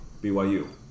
BYU